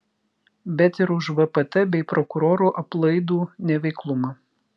bet ir už vpt bei prokurorų aplaidų neveiklumą